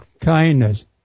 kindness